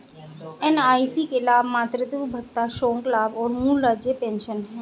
NIC के लाभ मातृत्व भत्ता, शोक लाभ और मूल राज्य पेंशन हैं